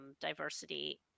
diversity